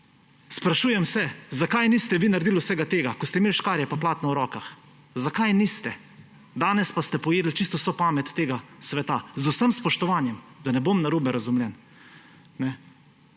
Sprašujem se, zakaj niste vi naredili vsega tega, ko ste imeli škarje in platno v rokah. Zakaj niste? Danes pa ste pojedli čisto vso pamet tega sveta. Z vsem spoštovanjem, da ne bom narobe razumljen.